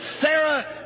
Sarah